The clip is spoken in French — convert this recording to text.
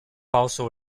passent